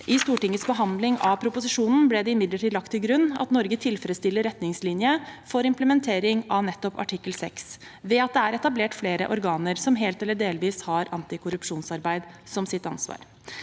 I Stortingets behandling av proposisjonen ble det imidlertid lagt til grunn at Norge tilfredsstiller retningslinjer for implementering av nettopp artikkel 6 ved at det er etablert flere organer som helt eller delvis har antikorrupsjonsarbeid som sitt ansvar.